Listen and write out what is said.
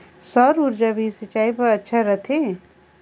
सौर ऊर्जा भी सिंचाई बर अच्छा रहथे?